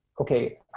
okay